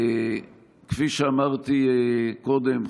כפי שאמרתי קודם,